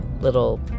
little